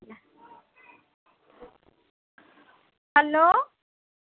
hello